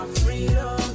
freedom